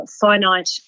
finite